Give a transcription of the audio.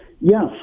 yes